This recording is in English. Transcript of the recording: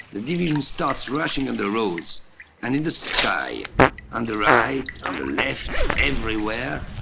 the division starts rushing in the roads and in the sky on the right, on the left, everywhere,